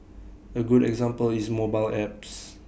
A good example is mobile apps